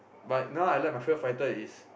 but now I like my favourite fighter is